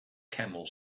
camel